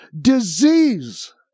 disease